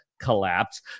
collapse